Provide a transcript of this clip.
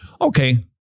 Okay